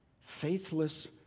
Faithless